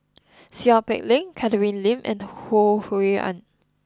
Seow Peck Leng Catherine Lim and Ho Rui An